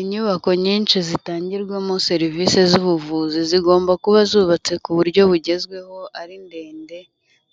Inyubako nyinshi zitangirwamo serivisi z'ubuvuzi zigomba kuba zubatse ku buryo bugezweho ari ndende,